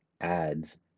ads